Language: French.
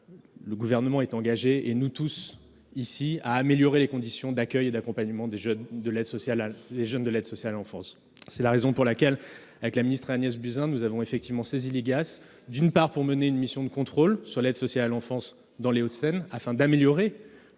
le Gouvernement s'est engagé, comme nous tous ici, à améliorer les conditions d'accueil et d'accompagnement des jeunes de l'aide sociale à l'enfance. C'est la raison pour laquelle, avec Agnès Buzyn, nous avons saisi l'IGAS pour qu'elle mène une mission de contrôle sur l'aide sociale à l'enfance dans les Hauts-de-Seine, afin d'améliorer